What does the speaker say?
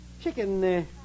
Chicken